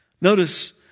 Notice